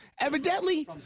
evidently